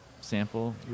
sample